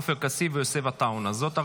עופר כסיף ויוסף עטאונה.